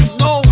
no